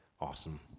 Awesome